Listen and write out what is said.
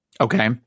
Okay